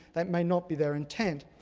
that may not be their intent.